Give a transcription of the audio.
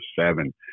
seven